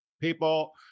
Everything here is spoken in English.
people